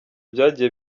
byagiye